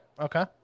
Okay